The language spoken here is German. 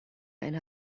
eine